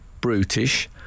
brutish